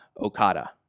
Okada